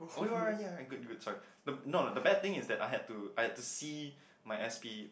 good good sorry no no the bad thing is that I had to I had to see my S_P